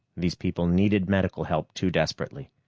these people needed medical help too desperately.